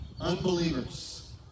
unbelievers